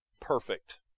perfect